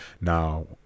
Now